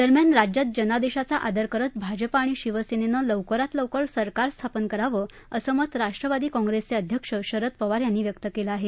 दरम्यान राज्यात जनादेशाचा आदर करत भाजपा आणि शिवसेनेनं लवकरात लवकर सरकार स्थापन करावं असं मत राष्ट्रवादी काँप्रेसचे अध्यक्ष शरद पवार यांनी व्यक्त केलं आहे